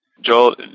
Joel